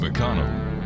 McConnell